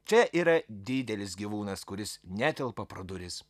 čia yra didelis gyvūnas kuris netelpa pro duris